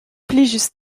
plijus